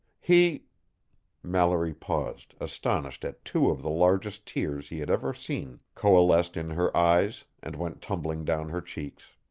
he mallory paused astonished as two of the largest tears he had ever seen coalesced in her eyes and went tumbling down her cheeks.